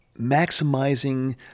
maximizing